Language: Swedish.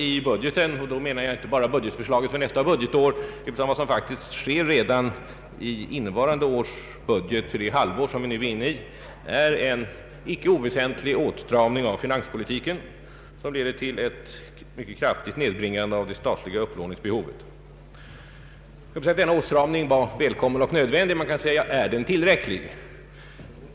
I budgeten — och då menar jag inte bara budgetförslaget för nästa budgetår utan innevarande års budget för det halvår som vi nu är inne i — har skett en icke oväsentlig åtstramning av finanspolitiken som lett till ett mycket kraftigt nedbringande av det statliga upplåningsbehovet. Jag tror att man kan säga att denna åtstramning var välkommen och nödvändig. Men är den tillräcklig?